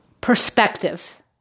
Perspective